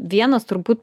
vienas turbūt